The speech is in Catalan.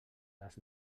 les